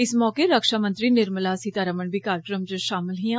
इस मौके रक्षामंत्री निर्मला सीता रमण बी कार्जक्रम च षामल हियां